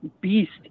beast